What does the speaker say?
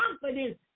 confidence